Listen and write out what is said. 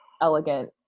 elegant